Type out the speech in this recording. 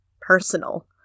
Personal